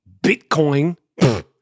Bitcoin